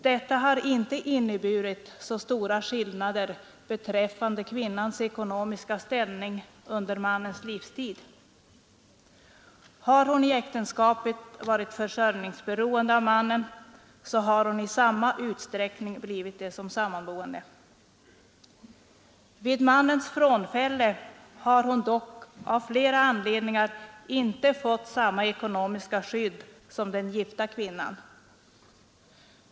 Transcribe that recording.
Detta har inte inneburit så stora skillnader beträffande kvinnans ekonomiska ställning under mannens livstid. Hade hon i ett äktenskap varit försörjningsberoende av mannen så har hon i samma utsträckning blivit det som sammanboende. Vid mannens frånfälle har hon dock av flera anledningar inte fått samma ekonomiska skydd som den gifta kvinnan.